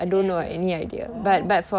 any idea oh